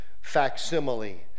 facsimile